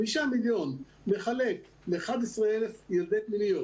חמישה מיליון לחלק ל-11,000 ילדי פנימיות